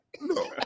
No